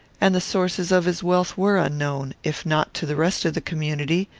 and the sources of his wealth were unknown, if not to the rest of the community,